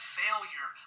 failure